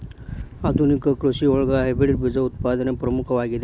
ಆಧುನಿಕ ಕೃಷಿಯೊಳಗ ಹೈಬ್ರಿಡ್ ಬೇಜ ಉತ್ಪಾದನೆ ಪ್ರಮುಖವಾಗಿದೆ